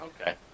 Okay